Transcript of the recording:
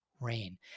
rain